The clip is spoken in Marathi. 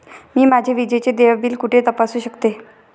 मी माझे विजेचे देय बिल कुठे तपासू शकते?